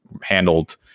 handled